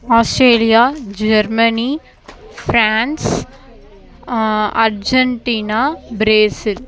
Australia Germany France Argentina Brazil